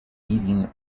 eating